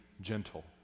gentle